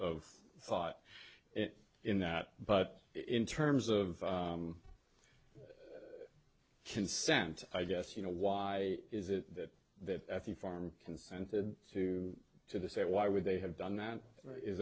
of thought in that but in terms of consent i guess you know why is that that the farm consented to to the say why would they have done that is